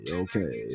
okay